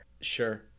Sure